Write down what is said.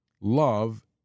love